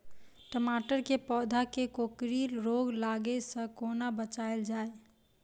टमाटर केँ पौधा केँ कोकरी रोग लागै सऽ कोना बचाएल जाएँ?